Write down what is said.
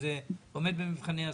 שזה עומד במבחני הסף.